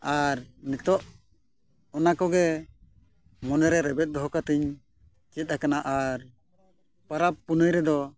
ᱟᱨ ᱱᱤᱛᱚᱜ ᱚᱱᱟ ᱠᱚᱜᱮ ᱢᱚᱱᱮᱨᱮ ᱨᱮᱵᱮᱫ ᱫᱚᱦᱚ ᱠᱟᱛᱤᱧ ᱪᱮᱫ ᱟᱠᱟᱱᱟ ᱟᱨ ᱯᱚᱨᱚᱵᱽ ᱯᱩᱱᱟᱹᱭ ᱨᱮᱫᱚ